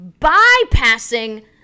bypassing